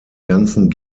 ganzen